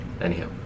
Anyhow